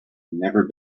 never